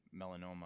melanoma